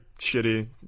shitty